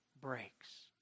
breaks